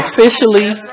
officially